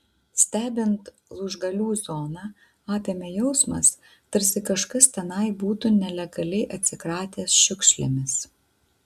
stebint lūžgalių zoną apėmė jausmas tarsi kažkas tenai būtų nelegaliai atsikratęs šiukšlėmis